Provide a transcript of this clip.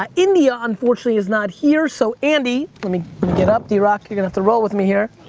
um india, unfortunately, is not here so andy, let me get up. drock, you're gonna have to roll with me here.